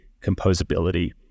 composability